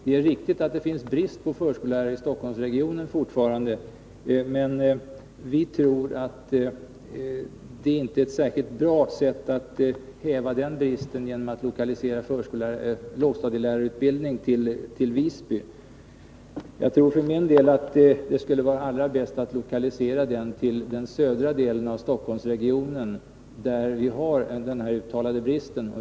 Det är riktigt att det finns brist på förskollärare i Stockholmsregionen fortfarande, men vi tror inte att en lokalisering av lågstadielärarutbildningen till Visby är ett bra sätt att häva den bristen. Jag för min del tror att det skulle vara allra bäst att lokalisera den till den södra delen av Stockholmsregionen, där vi har denna uttalade brist.